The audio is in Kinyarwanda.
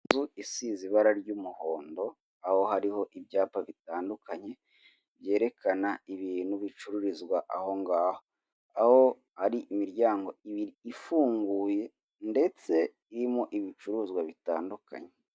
Inzu isize ibara ry'umuhondo aho hariho ibyapa bitandukanye byerekana ibintu bicururizwa aho ngaho, aho hari imiryango ifunguye ndetse irimo ibicuruzwa bitandukanye.